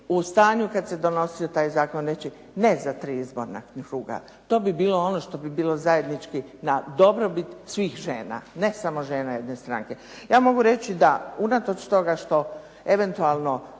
u stanju kad se donosio taj zakon reći ne za tri izborna kruga. To bi bilo ono što bi bilo zajednički na dobrobit svih žena, ne samo žena jedne stranke. Ja mogu reći da unatoč tome što eventualno